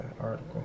article